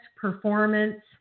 performance